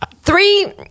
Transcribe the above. Three